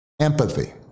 empathy